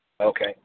Okay